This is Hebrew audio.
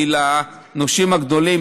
כי הנושים הגדולים,